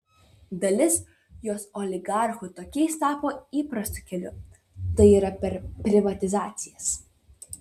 dalis jos oligarchų tokiais tapo įprastu keliu tai yra per privatizacijas